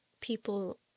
people